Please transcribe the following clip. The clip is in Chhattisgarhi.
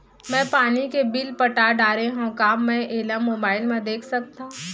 मैं पानी के बिल पटा डारे हव का मैं एला मोबाइल म देख सकथव?